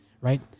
right